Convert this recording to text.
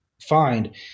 find